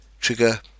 trigger